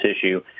issue